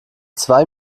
zwei